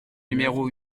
numéro